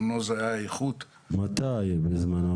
מתי?